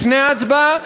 לפני ההצבעה,